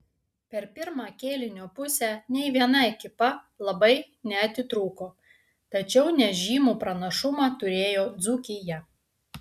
per pirmą kėlinio pusę nei viena ekipa labai neatitrūko tačiau nežymų pranašumą turėjo dzūkija